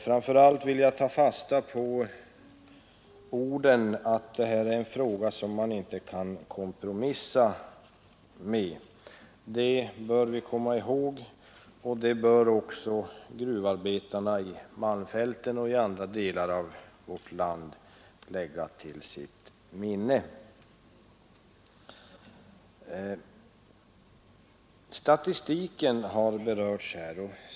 Framför allt vill jag ta fasta på orden att detta är en fråga, som man inte kan kompromissa om. Vi skall komma ihåg detta, och det bör också gruvarbetarna i malmfälten och i andra delar av vårt land lägga på minnet. Statistiken har här berörts.